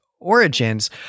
origins